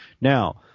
Now